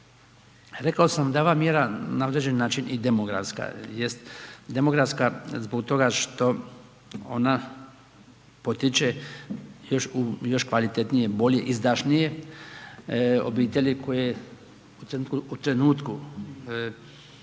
Rekao sam da je ova mjera na određeni način i demografska, jest demografska zbog toga što ona potiče još kvalitetnije, bolje, izdašnije obitelji koje u trenutku